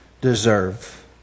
deserve